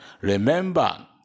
Remember